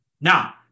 Now